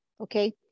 okay